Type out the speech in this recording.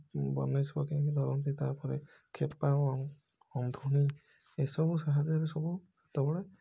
ବନଁଶୀ ପକେଇକି ଧରନ୍ତି ତାପରେ ଖେପା ଅନ୍ଧୁଣି ଏସବୁ ସାହାର୍ଯ୍ୟରେ ସବୁ ସେତେବେଳେ